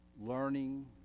learning